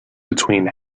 between